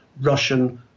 Russian